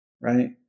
right